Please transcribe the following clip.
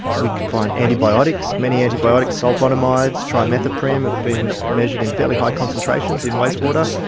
we can find antibiotics, many antibiotics, sulphonamides, trimethoprim, have been measured in fairly high concentrations in waste water.